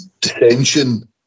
dissension